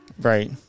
Right